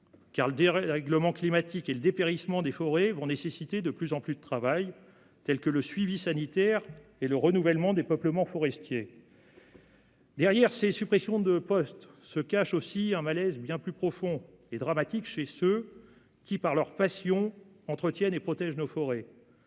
car le dérèglement climatique et le dépérissement des forêts vont nécessiter de plus en plus de travail, comme le suivi sanitaire et le renouvellement des peuplements forestiers. Derrière ces suppressions de postes se cache aussi un malaise bien plus profond et dramatique chez ceux qui, par leur passion, entretiennent et protègent nos forêts.